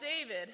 David